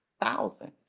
thousands